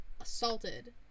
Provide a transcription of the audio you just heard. assaulted